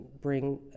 bring